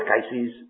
cases